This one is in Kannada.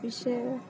ವಿಷಯ